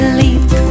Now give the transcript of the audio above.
leap